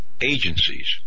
agencies